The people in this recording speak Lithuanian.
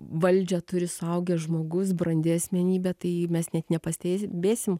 valdžią turi suaugęs žmogus brandi asmenybė tai mes net nepastebėsim